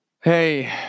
hey